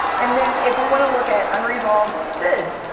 and then if we want to look at unresolved sids,